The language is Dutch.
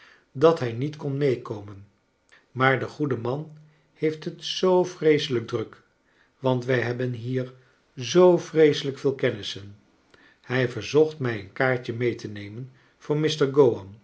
dat hij niet kon meekomen maar de goede man heeft het zoo vreeselijk druk want wij hebben hier zoo vreeselijk veel kennissen hij verzocht mij een kaartje mee te nemen voor